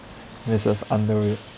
yes yes underweight